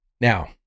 Now